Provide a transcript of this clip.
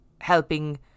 helping